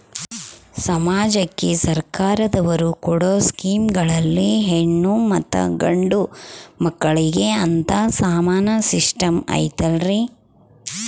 ಸಮಾಜಕ್ಕೆ ಸರ್ಕಾರದವರು ಕೊಡೊ ಸ್ಕೇಮುಗಳಲ್ಲಿ ಹೆಣ್ಣು ಮತ್ತಾ ಗಂಡು ಮಕ್ಕಳಿಗೆ ಅಂತಾ ಸಮಾನ ಸಿಸ್ಟಮ್ ಐತಲ್ರಿ?